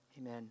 Amen